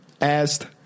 asked